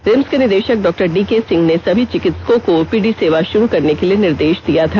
RIMS के निदेषक doctor DK Singh ने सभी चिकित्सकों को ओपीडी सेवा शुरू करने के लिए निर्देष दिया था